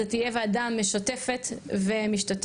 זאת תהיה ועדה משתפת ומשתתפת.